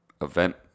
event